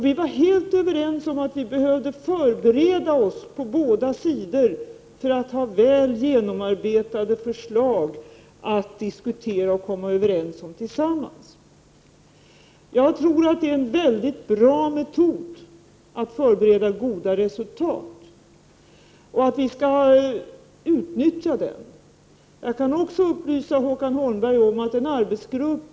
Vi var helt överens om att vi på båda sidor behövde förbereda oss för att ha väl genomarbetade förslag att diskutera och tillsammans komma överens om. Jag tror att det är en väldigt bra metod för att förbereda goda resultat. Vi skall utnyttja den. Jag kan också upplysa Håkan Holmberg om att en arbetsgrupp med Prot.